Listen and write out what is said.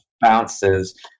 bounces